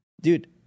Dude